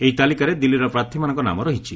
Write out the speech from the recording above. ଏହି ତାଲିକାରେ ଦିଲ୍ଲୀର ପ୍ରାର୍ଥୀମାନଙ୍କ ନାମ ରହିଛି